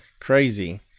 crazy